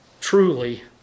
truly